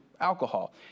alcohol